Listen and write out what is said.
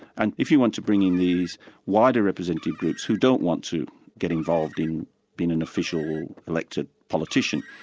and if you want to bring in these wider representative groups who don't want to get involved in being an official elected politician,